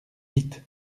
vite